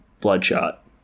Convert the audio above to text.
Bloodshot